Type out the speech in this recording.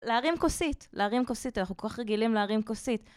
להרים כוסית, להרים כוסית, אנחנו כל כך רגילים להרים כוסית.